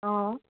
অঁ